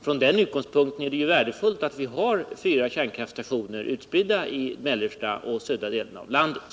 Från den utgångspunkten är det ju värdefullt att vi har fyra kärnkraftstationer i mellersta och södra delarna av landet.